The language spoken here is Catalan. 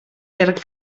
per